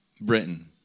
Britain